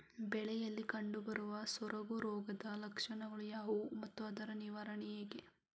ಬೆಳೆಯಲ್ಲಿ ಕಂಡುಬರುವ ಸೊರಗು ರೋಗದ ಲಕ್ಷಣಗಳು ಯಾವುವು ಮತ್ತು ಅದರ ನಿವಾರಣೆ ಹೇಗೆ?